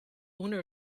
owner